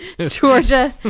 Georgia